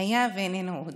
היה ואיננו עוד.